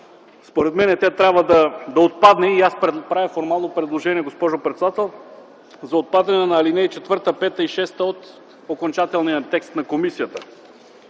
Според мен тя трябва да отпадне и аз правя формално предложение, госпожо председател, за отпадане на ал. 4, 5 и 6 от окончателния текст на комисията.